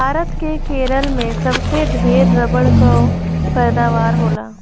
भारत के केरल में सबसे ढेर रबड़ कअ पैदावार होला